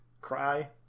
cry